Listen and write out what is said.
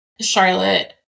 Charlotte